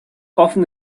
often